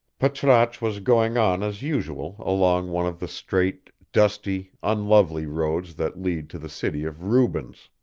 patrasche was going on as usual along one of the straight, dusty, unlovely roads that lead to the city of rubens.